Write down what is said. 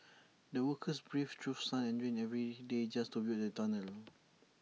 the workers braved through sun and rain every day just to build the tunnel